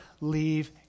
leave